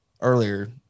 earlier